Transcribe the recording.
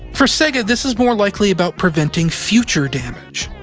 for sega, this is more likely about preventing future damage.